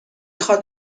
خواد